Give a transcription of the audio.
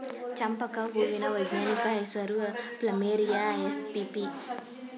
ಚಂಪಕ ಹೂವಿನ ವೈಜ್ಞಾನಿಕ ಹೆಸರು ಪ್ಲಮೇರಿಯ ಎಸ್ಪಿಪಿ